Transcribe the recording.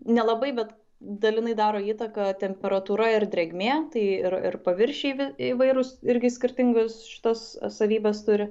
nelabai bet dalinai daro įtaką temperatūra ir drėgmė tai ir ir paviršiai įvairūs irgi skirtingas šitas savybes turi